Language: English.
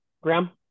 Graham